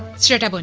starter but